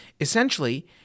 Essentially